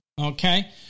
Okay